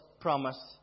promise